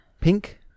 Pink